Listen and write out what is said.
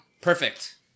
perfect